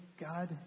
God